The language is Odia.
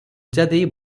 ଦେଇ